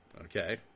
Okay